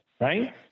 Right